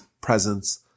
presence